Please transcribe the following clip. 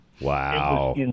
Wow